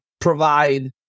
provide